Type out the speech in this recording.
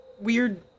weird